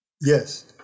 Yes